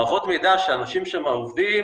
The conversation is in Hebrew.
מערכות המידע שאנשים עובדים שם,